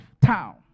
town